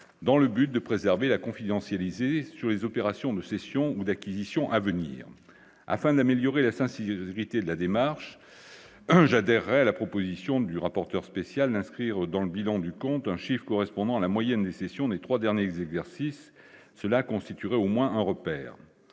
dans le but de préserver la confidentialité sur les opérations de cessions ou d'acquisitions à venir afin d'améliorer la fin si j'ai hérité de la démarche, hein, j'adhère à la proposition du rapporteur spécial inscrire dans le bilan du compte un chiffre correspondant à la moyenne des cessions des 3 derniers exercices, cela constituerait au moins un repère,